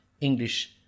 English